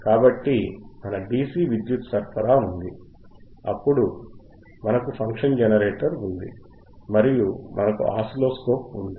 కాబట్టి మన DC విద్యుత్ సరఫరా ఉంది అప్పుడు మనకు ఫంక్షన్ జనరేటర్ ఉంది మరియు మనకు ఆసిలోస్కోప్ ఉంది